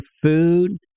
food